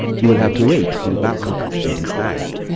you'll have to wait till malcolm comes with his knife.